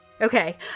Okay